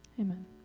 Amen